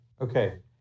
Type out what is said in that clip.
Okay